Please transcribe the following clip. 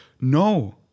No